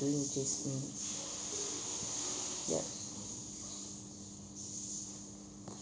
doing basically yup